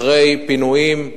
אחרי פינויים,